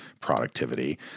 productivity